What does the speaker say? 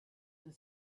the